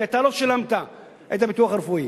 כי אתה לא שילמת את הביטוח הרפואי